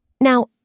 Now